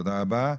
תודה רבה.